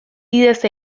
bidez